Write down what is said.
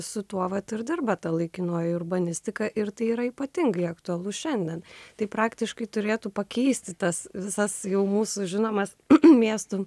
su tuo vat ir dirba ta laikinoji urbanistika ir tai yra ypatingai aktualu šiandien tai praktiškai turėtų pakeisti tas visas jau mūsų žinomas miestų